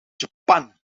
japan